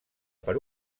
per